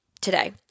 today